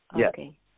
Okay